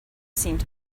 seemed